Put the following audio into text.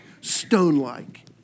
stone-like